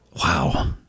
Wow